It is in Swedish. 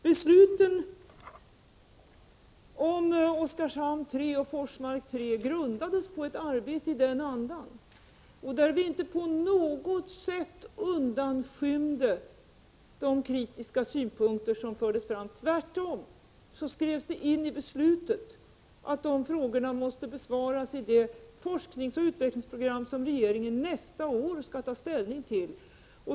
Besluten om Oskarshamn 3 och Forsmark 3 grundades på ett arbete i den andan, där vi inte på något sätt undanskymde de kritiska synpunkter som fördes fram. Tvärtom skrevs in i beslutet att de frågorna måste besvaras i det forskningsoch utvecklingsprogram som regeringen nästa år skall ta ställning till.